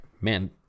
man